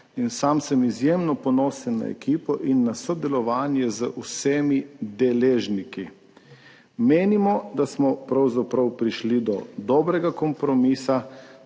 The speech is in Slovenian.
In sam sem izjemno ponosen na ekipo in na sodelovanje z vsemi deležniki. Menimo, da smo pravzaprav prišli do dobrega kompromisa,